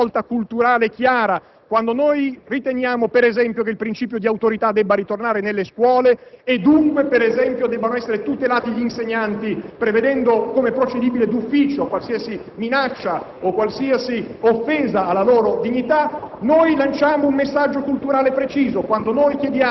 che qui ci troviamo di fronte alla necessità di una chiara svolta culturale. Quando noi riteniamo, per esempio, che il principio di autorità debba ritornare nelle scuole e dunque, per esempio, che debbano essere tutelati gli insegnanti, prevedendo come procedibile d'ufficio qualsiasi minaccia o qualsiasi offesa alla loro dignità,